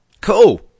Cool